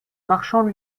marchands